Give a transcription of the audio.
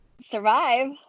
Survive